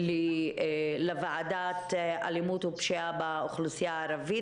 לוועדת האלימות והפשיעה באוכלוסייה הערבית,